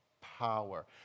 power